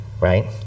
right